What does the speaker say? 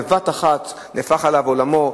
בבת אחת נהפך עליו עולמו,